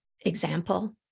example